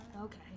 Okay